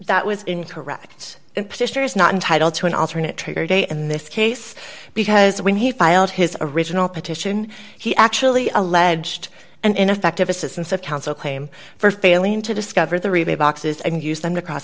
that was incorrect and petitioner is not entitled to an alternate triggered a in this case because when he filed his original petition he actually alleged an ineffective assistance of counsel claim for failing to discover the rebate boxes and used them to cross